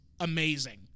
amazing